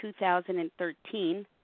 2013